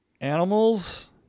animals